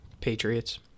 Patriots